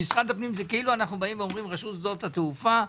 רשות שדות התעופה,